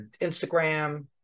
Instagram